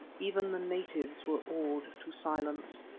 even the natives were awed to silence.